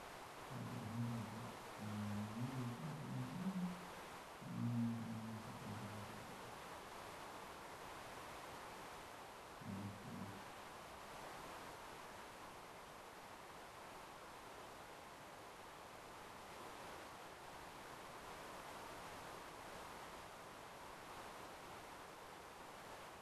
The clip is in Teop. Taba beera haana to man'manin eve he kou tenaa komana naa na manin rakaha nom o kakuu matapaku vai. Eove koa.